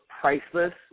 priceless